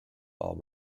while